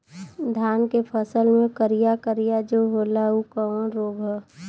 धान के फसल मे करिया करिया जो होला ऊ कवन रोग ह?